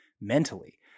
mentally